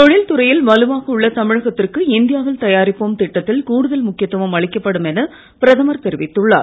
தொழில்துறையில் வலுவாக உள்ள தமிழகத்திற்கு இந்தியாவில் தயாரிப்போம் திட்டத்தில் கூடுதல் முக்கியத்துவம் அளிக்கப்படும் என பிரதமர் தெரிவித்துள்ளார்